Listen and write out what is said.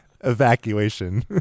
evacuation